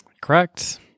correct